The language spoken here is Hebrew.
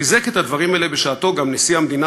חיזק את הדברים האלה בשעתו גם נשיא המדינה